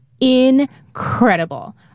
incredible